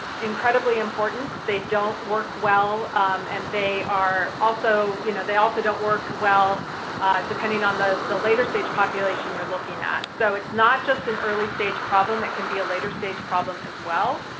incredibly important. they don't work well and they are also, you know, they also don't work well depending on the the later-stage population you're looking at. so, it's not just an early-stage problem, it can be a later-stage problem, as well.